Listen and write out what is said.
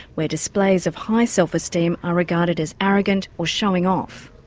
where displays of high self-esteem are regarded as arrogant or showing off.